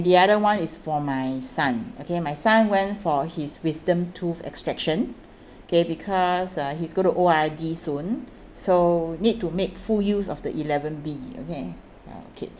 the other one is for my son okay my son went for his wisdom tooth extraction okay because uh he's going to O_R_D soon so need to make full use of the eleven B okay okay